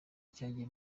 cyanjye